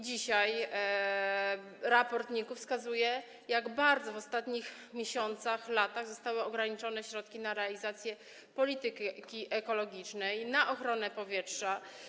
Dzisiaj raport NIK-u wskazuje, jak bardzo w ostatnich miesiącach, latach zostały ograniczone środki na realizację polityki ekologicznej, na ochronę powietrza.